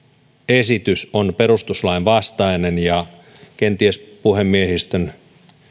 esitys on perustuslain vastainen ja kenties puhemiehistön